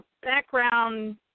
background